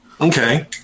okay